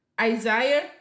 isaiah